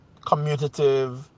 commutative